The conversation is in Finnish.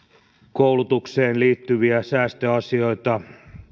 koulutukseen liittyviä säästöasioita